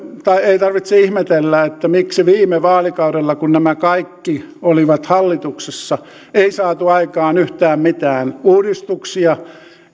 ei tarvitse ihmetellä miksi viime vaalikaudella kun nämä kaikki olivat hallituksessa ei saatu aikaan yhtään mitään uudistuksia